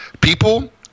people